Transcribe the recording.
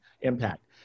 impact